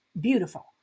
beautiful